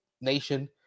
nation